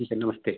ठीक है नमस्ते